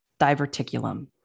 diverticulum